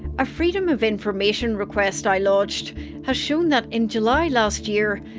a freedom of information request i lodged has shown that, in july last year,